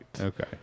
Okay